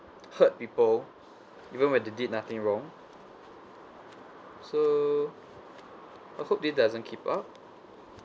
hurt people even when they did nothing wrong so I hope this doesn't keep up